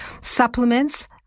Supplements